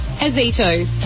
Azito